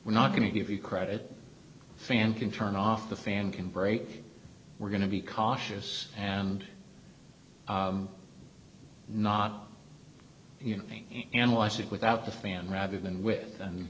we're not going to give you credit fan can turn off the fan can break we're going to be cautious and not analyze it without the fan rather than with the